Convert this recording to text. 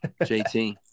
JT